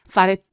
fare